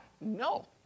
no